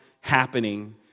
happening